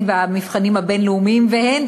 הן במבחנים הבין-לאומיים והן,